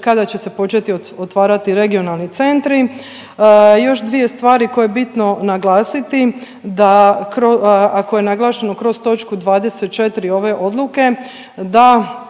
kada će se početi otvarati regionalni centri. Još dvije stvari koje je bitno naglasiti, da, a koja je naglašeno kroz točku 24 ove odluke, da